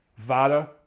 Vada